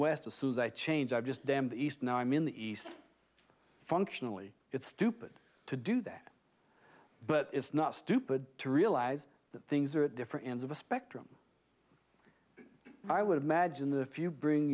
west as soon as i change i just damned east now i'm in the east functionally it's stupid to do that but it's not stupid to realize that things are at different ends of a spectrum i would imagine the few bring